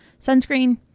sunscreen